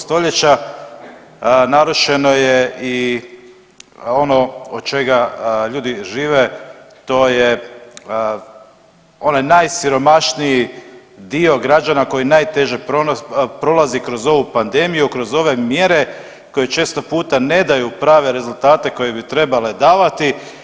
Stoljeća, narušeno je i ono od čega ljudi žive, to je onaj najsiromašniji dio građana koji najteže prolazi kroz ovu pandemiju, kroz ove mjere koje često puta ne daju prave rezultate koje bi trebale davati.